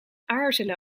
aarzelen